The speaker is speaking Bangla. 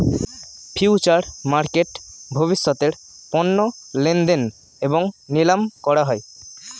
ফিউচার মার্কেটে ভবিষ্যতের পণ্য লেনদেন এবং নিলাম করা হয়